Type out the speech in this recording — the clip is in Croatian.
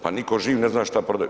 Pa nitko živ ne zna što prodaju.